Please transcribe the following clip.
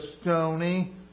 stony